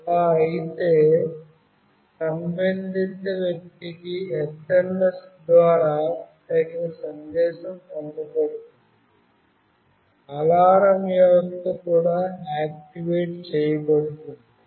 అలా అయితే సంబంధిత వ్యక్తికి SMS ద్వారా తగిన సందేశం పంపబడుతుంది అలారం వ్యవస్థ కూడా ఆక్టివేట్ చేయబడుతుంది